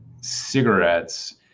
cigarettes